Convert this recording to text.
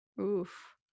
Oof